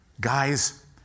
Guys